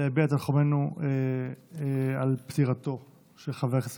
להביע את תנחומינו על פטירתו של חבר הכנסת